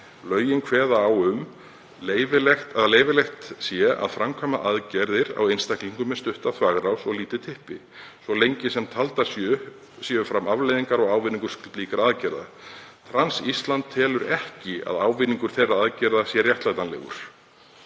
Lögin kveða á um að leyfilegt sé að framkvæma aðgerðir á einstaklingum með stutta þvagrás og lítið typpi, svo lengi sem taldar séu fram afleiðingar og ávinningur slíkra aðgerða. Trans Ísland telur ekki að ávinningur þeirra aðgerða sé réttlætanlegur